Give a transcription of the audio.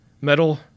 metal